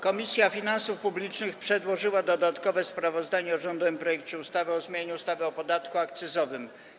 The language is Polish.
Komisja Finansów Publicznych przedłożyła dodatkowe sprawozdanie o rządowym projekcie ustawy o zmianie ustawy o podatku akcyzowym.